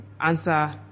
answer